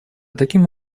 таким